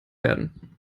werden